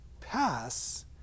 pass